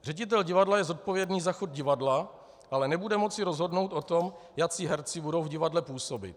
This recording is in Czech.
Ředitel divadla je zodpovědný za chod divadla, ale nebude moci rozhodnout o tom, jací herci budou v divadle působit.